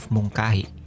Mungkahi